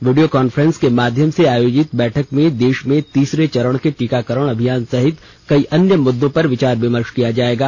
video conference के माध्यम से आयोजित बैठक में देश में तीसरे चरण के टीकाकरण अभियान सहित कई अन्य मुद्दो पर विचार विमर्श किया जायेगा